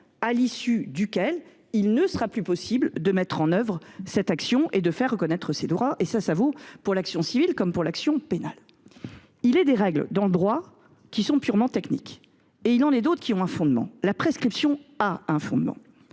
à l’issue duquel il ne sera plus possible pour la victime d’engager une action, donc de faire reconnaître ses droits. Cela vaut, j’y insiste, pour l’action civile comme pour l’action pénale. Il est des règles, dans le droit, qui sont purement techniques et il en est d’autres qui ont un fondement. La prescription a un fondement